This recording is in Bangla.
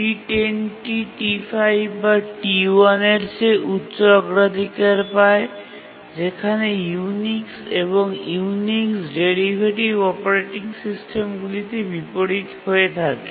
T10 টি T5 বা T1 এর চেয়ে উচ্চ অগ্রাধিকার পায় যেখানে ইউনিক্স এবং ইউনিক্স ডেরিভেটিভ অপারেটিং সিস্টেমগুলিতে বিপরীত হয়ে থাকে